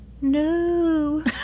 no